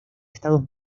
estados